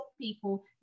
people